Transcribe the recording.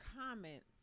comments